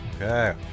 Okay